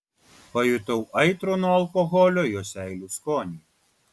pajutau aitrų nuo alkoholio jo seilių skonį